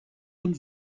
und